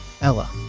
Ella